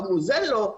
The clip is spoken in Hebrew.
אמרו זה לא.